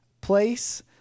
place